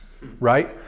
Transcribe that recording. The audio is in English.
Right